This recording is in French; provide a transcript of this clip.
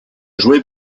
joué